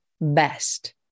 best